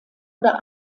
oder